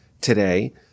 today